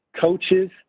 Coaches